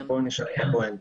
בואו נישאר בפואנטה.